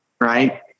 right